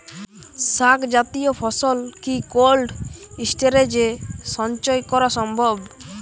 শাক জাতীয় ফসল কি কোল্ড স্টোরেজে সঞ্চয় করা সম্ভব?